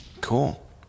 Cool